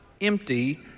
empty